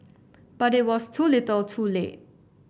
but it was too little too late